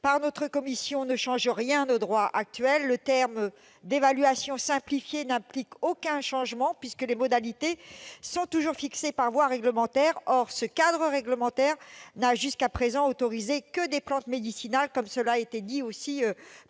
par notre commission ne change rien au droit actuel. Les termes « évaluation simplifiée » n'impliquent aucun changement, puisque les modalités sont toujours fixées par voie réglementaire. Or ce cadre réglementaire n'a jusqu'à présent autorisé que des plantes médicinales. Je rappelle que les produits